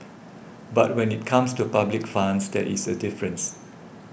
but when it comes to public funds there is a difference